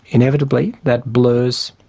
inevitably, that blurs.